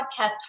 podcast